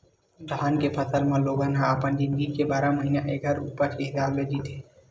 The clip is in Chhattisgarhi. धान के फसल म लोगन ह अपन जिनगी के बारह महिना ऐखर उपज के हिसाब ले जीथे